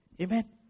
Amen